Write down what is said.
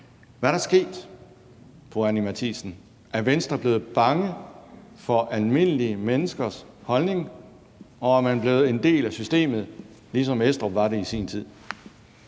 Matthiesen? Er Venstre blevet bange for almindelige menneskers holdning, og er man blevet en del af systemet, ligesom Estrup var det i sin tid?